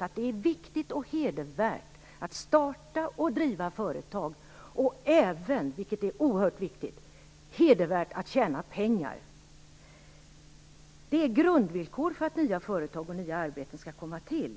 att det är viktigt och hedervärt att starta och driva företag liksom även - vilket är oerhört viktigt - att det är hedervärt att tjäna pengar. Det är grundvillkor för att nya företag och nya arbeten skall komma till.